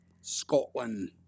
Scotland